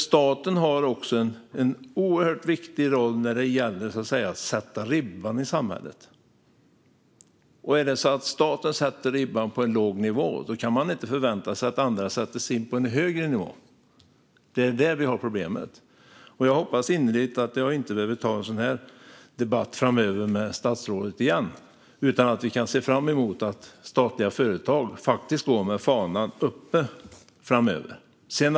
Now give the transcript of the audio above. Staten har också en oerhört viktig roll när det gäller att sätta ribban i samhället. Om staten sätter ribban på en låg nivå kan man inte förvänta sig att andra sätter ribban på en högre nivå. Det är där vi har problemet. Jag hoppas innerligen att jag inte behöver ha en sådan här debatt igen med statsrådet framöver utan att vi kan se fram emot att statliga företag går med fanan högt i framtiden.